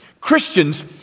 Christians